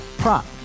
Prop